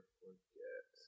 forget